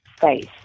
face